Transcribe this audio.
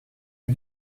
and